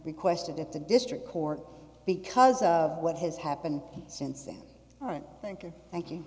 requested at the district court because of what has happened since then all right thank you thank you